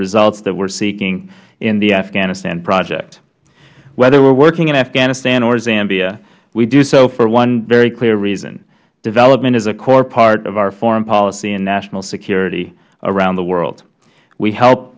results that we are seeking in the afghanistan project whether we are working in afghanistan or zambia we do so for one very clear reason development is a core part of our foreign policy and national security around the world we help